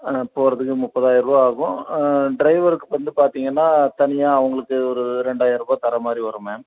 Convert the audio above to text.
ஆ போகிறதுக்கு முப்பத்தாயிரம் ரூபாய் ஆகும் ட்ரைவருக்கு வந்து பார்த்தீங்கன்னால் தனியாக அவர்களுக்கு ஒரு ரெண்டாயிரம் ரூபாய் தர மாதிரி வரும் மேம்